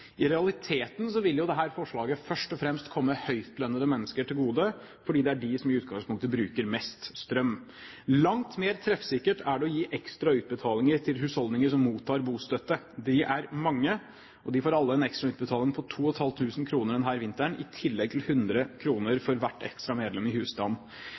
I realiteten vil dette forslaget først og fremst komme høytlønnede mennesker til gode, fordi det er de som i utgangspunktet bruker mest strøm. Langt mer treffsikkert er det å gi ekstra utbetalinger til husholdninger som mottar bostøtte. De er mange, og de får alle en ekstra utbetaling på 2 500 kr denne vinteren, i tillegg til 100 kr for hvert ekstra medlem i